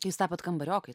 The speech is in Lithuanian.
tai jūs tapot kambariokai